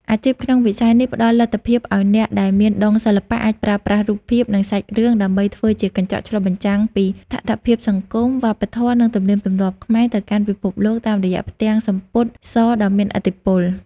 អាជីពក្នុងវិស័យនេះផ្ដល់លទ្ធភាពឱ្យអ្នកដែលមានដុងសិល្បៈអាចប្រើប្រាស់រូបភាព និងសាច់រឿងដើម្បីធ្វើជាកញ្ចក់ឆ្លុះបញ្ចាំងពីតថភាពសង្គម វប្បធម៌ និងទំនៀមទម្លាប់ខ្មែរទៅកាន់ពិភពលោកតាមរយៈផ្ទាំងសំពត់សដ៏មានឥទ្ធិពល។